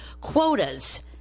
quotas